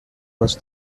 was